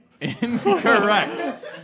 Incorrect